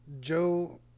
joe